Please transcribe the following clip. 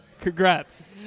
congrats